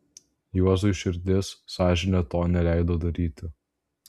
juozui širdis sąžinė to neleido daryti